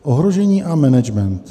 Ohrožení a management.